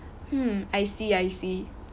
hmm I see I see